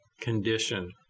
condition